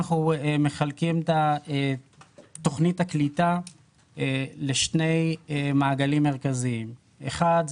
אנחנו מחלקים את תוכנית הקליטה לשני מעגלים מרכזיים: אחד,